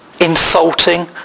insulting